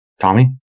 Tommy